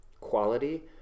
quality